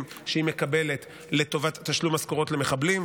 שהיא מקבלת לטובת תשלום משכורות למחבלים,